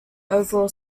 overall